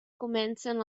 comencen